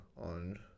on